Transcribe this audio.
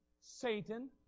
Satan